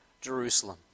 Jerusalem